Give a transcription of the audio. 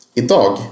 idag